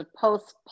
post